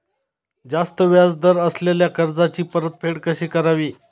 जास्त व्याज दर असलेल्या कर्जाची परतफेड कशी करावी?